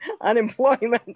unemployment